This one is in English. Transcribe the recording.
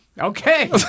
Okay